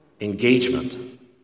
engagement